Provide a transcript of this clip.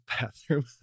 bathroom